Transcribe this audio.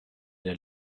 der